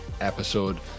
episode